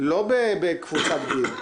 לא בקבוצת גיל.